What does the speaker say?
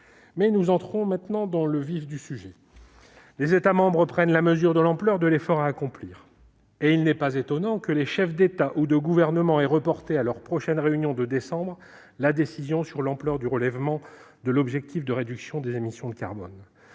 Mais nous entrons maintenant dans le vif du sujet : les États membres prennent la mesure de l'ampleur de l'effort à accomplir, et il n'est pas étonnant que les chefs d'État ou de gouvernement aient reporté à leur prochaine réunion de décembre la décision sur l'ampleur du relèvement de l'objectif de réduction des émissions de carbone.